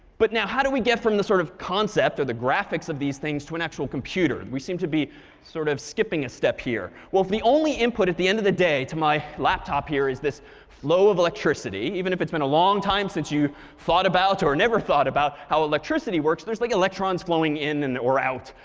but now, how do we get from the sort of concept or the graphics of these things to an actual computer? we seem to be sort of skipping a step here. well, the only input at the end of the day, to my laptop here is this flow of electricity. even if it's been a long time since you thought about or never thought about how electricity works, there's like electrons flowing in and or out,